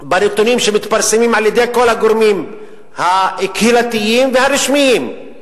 נתונים שמתפרסמים על-ידי כל הגורמים הקהילתיים והרשמיים,